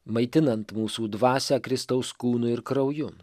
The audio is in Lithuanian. maitinant mūsų dvasią kristaus kūnu ir krauju